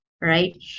Right